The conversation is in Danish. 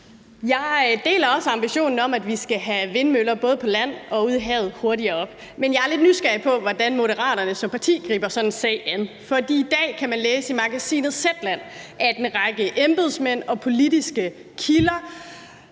Jeg deler også ambitionen om, at vi skal have sat vindmøller både på land og ude i havet op hurtigere, men jeg er lidt nysgerrig på, hvordan Moderaterne som parti griber sådan en sag an. For i dag kan man læse i magasinet Zetland, at en række embedsmænd og politiske kilder